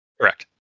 Correct